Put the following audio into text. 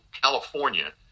California